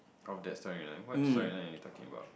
from that storyline what storyline are you talking about